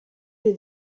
les